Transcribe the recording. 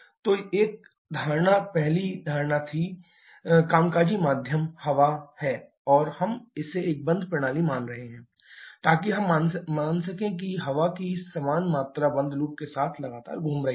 तो एक धारणा पहली धारणा थी कामकाजी माध्यम हवा है और हम इसे एक बंद प्रणाली मान रहे हैं ताकि हम मान सकें कि हवा की समान मात्रा बंद लूप के साथ लगातार घूम रही है